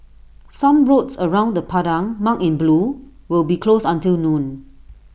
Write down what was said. some roads around the Padang marked in blue will be closed until noon